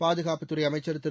பாதுகாப்புத்துறை அமைச்சர் திரு